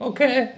Okay